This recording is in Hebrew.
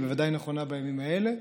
היא בוודאי נכונה בימים האלה.